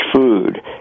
food